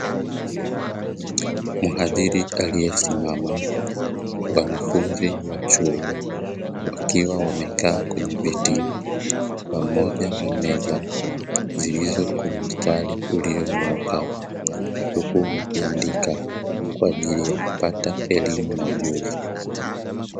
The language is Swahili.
Mhadhiri aliyesimama wanafunzi wa chuo wakiwa wamekaa kwenye viti pamoja na meza zilizo kwenye mstari ulionyooka, huku wakiandika kwa ajili ya kupata elimu na ujuzi.